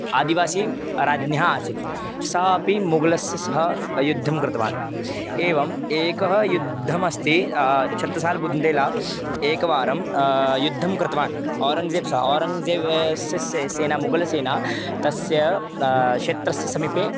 आदिवासीराज्ञः आसीत् सः अपि मुगलस्य सह युद्धं कृतवान् एवम् एकः युद्धमस्ति चत्तुसाल्बुन्देला एकवारं युद्धं कृतवान् ओरङ्ग्ज़ेब् स आरङ्ग्जेवस्य सेना मुगलसेना तस्य क्षेत्रस्य समीपे